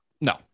No